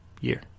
year